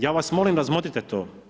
Ja vas molim, razmotrite to.